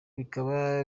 bikaba